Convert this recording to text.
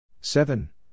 Seven